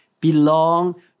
belong